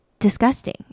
disgusting